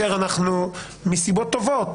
כאשר מסיבות טובות